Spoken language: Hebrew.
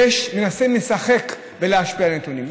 מנסים לשחק ולהשפיע על הנתונים,